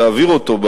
תעביר אותו,